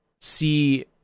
see